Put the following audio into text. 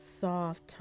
soft